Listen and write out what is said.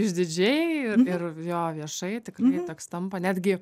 išdidžiai ir ir jo viešai tikrai toks tampa netgi